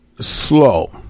slow